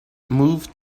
moved